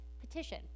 petition